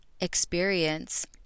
experience